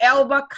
Elba